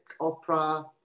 opera